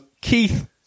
Keith